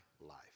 life